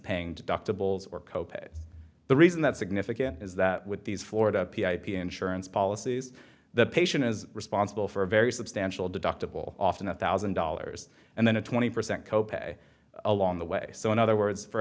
paying deductibles or co pays the reason that significant is that with these florida the insurance policies the patient is responsible for a very substantial deductible often a thousand dollars and then a twenty percent co pay along the way so in other words for